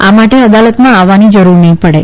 આ માટે અદાલતમાં આવવાની જરૂર નહી પડે